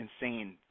insane